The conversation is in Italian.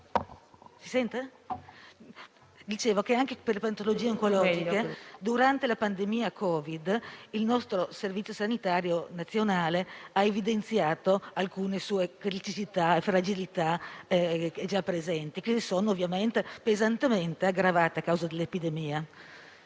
è stato ricordato un po' da tutti, durante la pandemia Covid il nostro Servizio sanitario nazionale ha evidenziato alcune sue criticità e fragilità già presenti, che si sono ovviamente pesantemente aggravate a causa dell'epidemia.